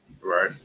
right